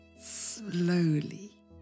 Slowly